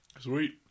Sweet